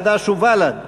חד"ש ובל"ד: